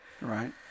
right